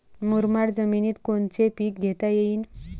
मुरमाड जमिनीत कोनचे पीकं घेता येईन?